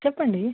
చెప్పండి